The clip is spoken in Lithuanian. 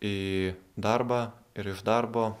į darbą ir iš darbo